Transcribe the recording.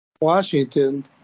Washington